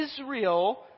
Israel